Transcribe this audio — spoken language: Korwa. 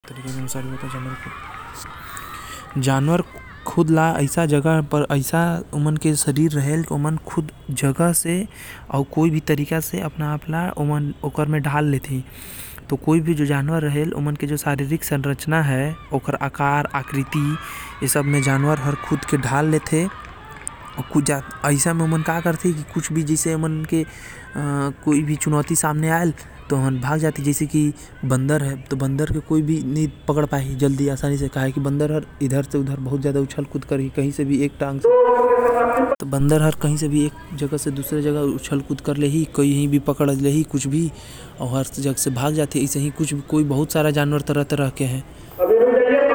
कई ठो जानवर मन में छलावरण पाए जाल काहे कई उमन में लड़े भागे के क्षमता कम रहेल ओ कर बर इमन रंग ला बदल कर शरीर फुला कर अपन आप ला डरावना अउ खतरनाक दिखाथे अउ धोखा दे शिकार करथे जान बचाथे।